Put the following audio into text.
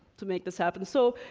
to make this happen. so,